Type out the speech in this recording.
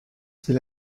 dit